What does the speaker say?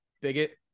Bigot